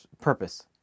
purpose